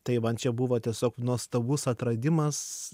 tai man čia buvo tiesiog nuostabus atradimas